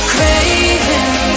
Craving